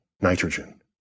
nitrogen